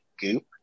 goop